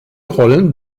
rollen